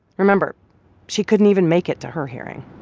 remember she couldn't even make it to her hearing